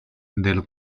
del